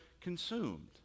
consumed